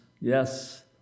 yes